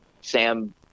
Sam